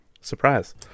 Surprise